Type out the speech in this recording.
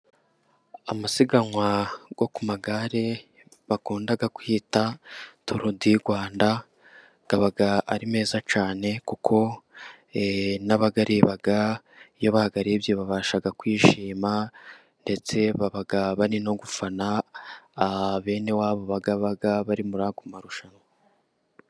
Amasiganwa yo ku magare, bakunda kwita turu di Rwanda aba ari meza cyane, kuko n'abayareba iyo bararebye babasha kwishima, ndetse baba bari no gufana, bene wabo baba bari muri ayo marushanwa.